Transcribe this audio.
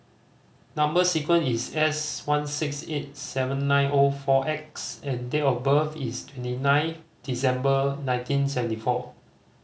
number sequence is S one six eight seven nine O four X and date of birth is twenty nine December nineteen seventy four